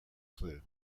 cue